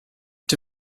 czy